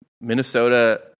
Minnesota